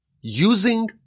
using